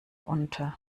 unter